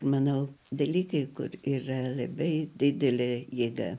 manau dalykai kur yra labai didelė jėga